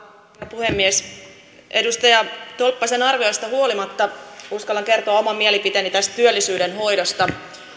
puhemies edustaja tolppasen arviosta huolimatta uskallan kertoa oman mielipiteeni tästä työllisyyden hoidosta